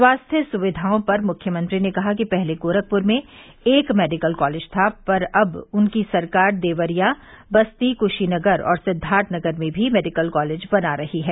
स्वास्थ्य सुविधाओं पर मुख्यमंत्री ने कहा कि पहले गोरखपुर में एक मेडिकल कालेज था पर अब उनकी सरकार देवरिया बस्ती कुशीनगर और सिद्वार्थनगर में भी मेडिकल कालेज बना रही है